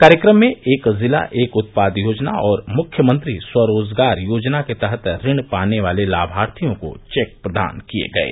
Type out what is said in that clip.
कार्यक्रम में एक जिला एक उत्पाद योजना और मुख्य मंत्री स्वरोजगार योजना के तहत ऋण पाने वाले लाभार्थियों को चेक प्रदान किये